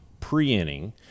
pre-inning